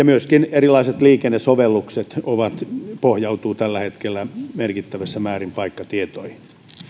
myöskin erilaiset liikennesovellukset pohjautuvat tällä hetkellä merkittävässä määrin paikkatietoihin